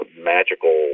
Magical